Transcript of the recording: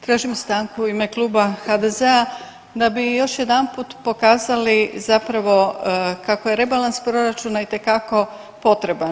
Tražim stanku u ime Kluba HDZ-a da bi još jedanput pokazali zapravo kako je rebalans proračuna itekako potreban.